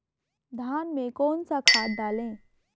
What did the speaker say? धान में कौन सा खाद डालें?